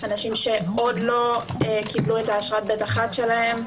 יש אנשים שעוד לא קיבלו את אשרת ב'1 שלהם.